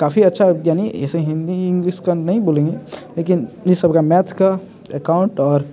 काफ़ी अच्छा यानि ऐसें हिंदी इंग्लिश का नहीं बोलेंगे लेकिन ये सबका मैथ का एकाउंट और